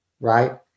right